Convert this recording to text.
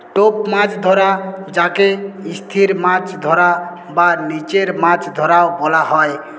টোপ মাছ ধরা যাকে স্থির মাছ ধরা বা নীচের মাছ ধরাও বলা হয়